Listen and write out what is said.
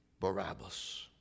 Barabbas